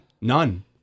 None